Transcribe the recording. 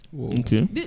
Okay